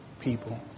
people